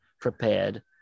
prepared